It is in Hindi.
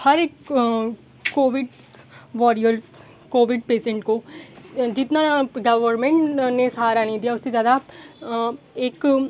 हर एक कोविड्स वॉरियर्स कोविड पेसेन्ट को जितना गवर्मेंट ने सहारा नहीं दिया उससे ज़्यादा एक